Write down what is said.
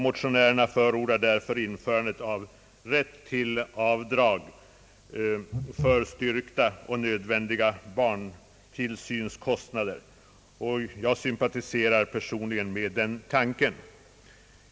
Motionärerna förordar därför införande av rätt till avdrag för styrkta och nödvändiga barntillsynskostnader. Så länge vi har nuvarande familjebeskattningssystem anser jag att dessa synpunkter har fog för sig.